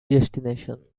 destination